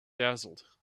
dazzled